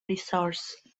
resource